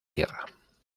tierra